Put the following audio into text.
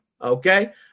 okay